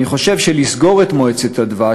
אני חושב שלסגור את מועצת הדבש,